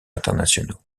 internationaux